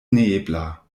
neebla